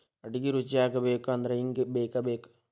ಅಡಿಗಿ ರುಚಿಯಾಗಬೇಕು ಅಂದ್ರ ಇಂಗು ಬೇಕಬೇಕ